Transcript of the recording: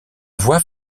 voix